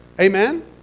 Amen